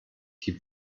die